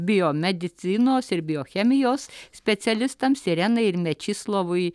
biomedicinos ir biochemijos specialistams irenai ir mečislovui